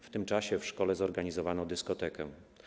W tym czasie w szkole zorganizowano dyskotekę.